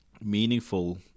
meaningful